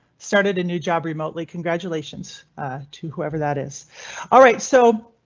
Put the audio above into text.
started a new job remotely. congratulations to whoever that is alright so.